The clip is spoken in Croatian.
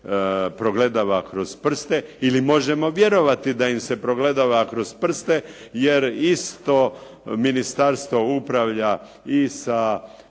progledava kroz prste ili možemo vjerovati da im se progledava kroz prste. Jer isto ministarstvo upravlja i sa